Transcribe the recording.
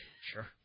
sure